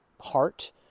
heart